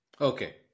Okay